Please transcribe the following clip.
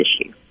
issue